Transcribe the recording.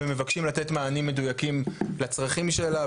ומבקשים לתת מענים מדויקים לצרכים שלה,